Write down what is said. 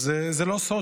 אז זה לא סוד